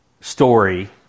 story